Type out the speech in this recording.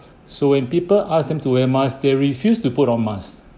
so when people ask them to wear mask they refused to put on mask